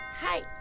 Hi